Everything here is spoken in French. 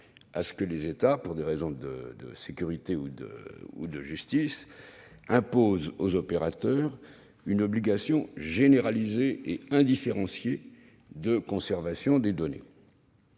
-à ce que les États, pour des raisons de sécurité ou de justice, imposent aux opérateurs une obligation généralisée et indifférenciée de conservation des données.